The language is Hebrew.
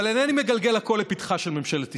אבל אינני מגלגל הכול לפתחה של ממשלת ישראל.